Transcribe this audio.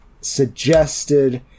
suggested